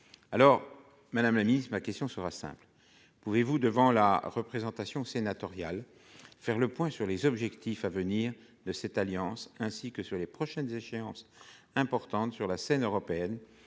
Madame la ministre, ma question est simple. Pouvez-vous, devant la représentation sénatoriale, faire le point sur les objectifs futurs de cette alliance ainsi que sur les prochaines échéances importantes permettant de